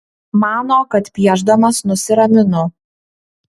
mano kad piešdamas nusiraminu